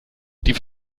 die